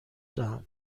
دهم